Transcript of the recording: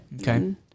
okay